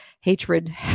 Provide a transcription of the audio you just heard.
hatred